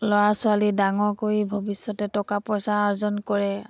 ল'ৰা ছোৱালী ডাঙৰ কৰি ভৱিষ্যতে টকা পইচা আৰ্জন কৰে